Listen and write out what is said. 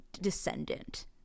descendant